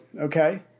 Okay